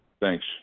Thanks